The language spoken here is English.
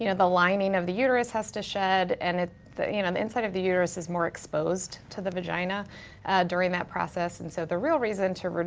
you know the lining of the uterus has to shed and the you know the inside of the uterus is more exposed to the vagina during that process and so the real reason to,